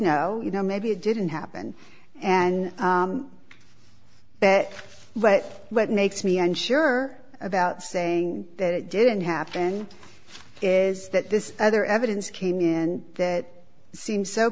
know you know maybe it didn't happen and but what makes me unsure about saying that it didn't happen is that this other evidence came in that seems so